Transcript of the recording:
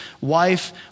wife